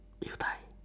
you die